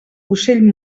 ocell